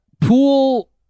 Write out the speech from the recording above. pool